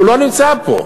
הוא לא נמצא פה.